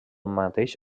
mateix